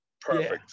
Perfect